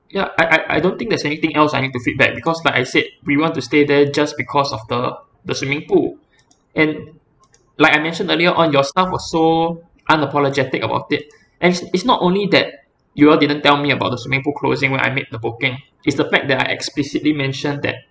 ya I I I don't think there's anything else I need to feedback because like I said we want to stay there just because of the the swimming pool and like I mentioned earlier on your staff was so unapologetic about it and it's it's not only that you all didn't tell me about the swimming pool closing when I made the booking it's the fact that I explicitly mentioned that